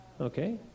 Okay